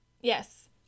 Yes